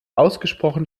ausgesprochen